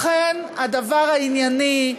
לכן הדבר הענייני,